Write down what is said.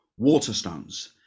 waterstones